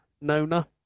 Nona